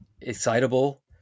excitable